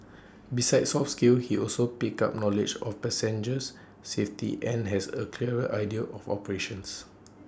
besides soft skills he also picked up knowledge of passengers safety and has A clearer idea of operations